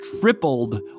tripled